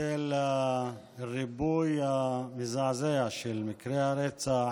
בצל הריבוי המזעזע של מקרי הרצח,